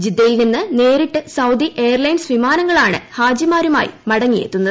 ജിദ്ദയിൽനിന്ന് നേരിട്ട് Saudi airlines വിമാനങ്ങളാണ് ഹാജിമാരുമായി മടങ്ങിയെത്തുന്നത്